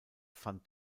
van